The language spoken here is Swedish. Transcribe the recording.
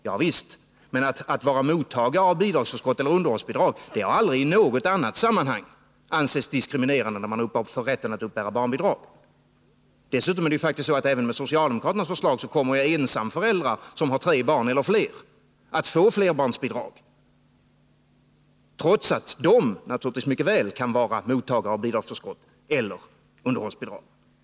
Ja visst, men att vara mottagare av bidragsförskott eller underhållsbidrag har aldrig i något annat sammanhang ansetts diskriminerande när det gäller rätten att uppbära barnbidrag. Dessutom kommer faktiskt även med socialdemokraternas förslag ensamföräldrar som har tre barn eller fler att få flerbarnsbidrag, trots att de naturligtvis mycket väl kan vara mottagare av bidragsförskott eller underhållsbidrag.